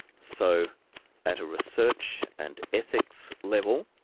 so at a research and ethics level,